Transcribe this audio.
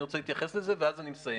אני רוצה להתייחס לזה ואז אני מסיים.